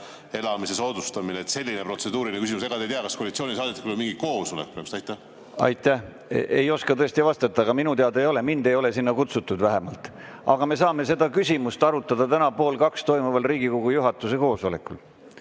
elamise soodustamine. Selline protseduuriline küsimus. Ega te ei tea, kas koalitsioonisaadikutel on mingi koosolek? Aitäh! Ei oska tõesti vastata. Minu teada ei ole, mind ei ole sinna kutsutud vähemalt. Aga me saame seda küsimust arutada täna pool kaks toimuval Riigikogu juhatuse koosolekul.